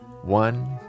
One